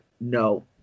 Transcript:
no